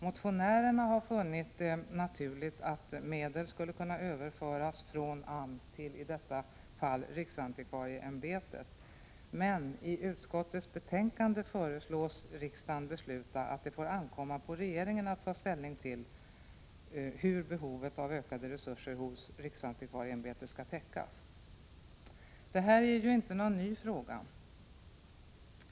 Motionärerna har funnit det naturligt att medel skulle kunna föras över från AMS till, i detta fall, riksantikvarieämbetet. I utskottets betänkande föreslås att riksdagen skall besluta att det får ankomma på regeringen att ta ställning till hur behovet av ökade resurser för riksantikvarieämbetet skall täckas. Detta är inte någon ny fråga.